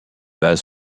bases